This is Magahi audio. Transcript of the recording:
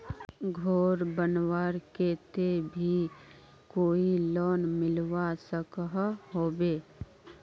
घोर बनवार केते भी कोई लोन मिलवा सकोहो होबे?